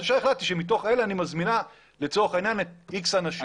והחליטה שמתוך אלה היא מזמינה איקס אנשים.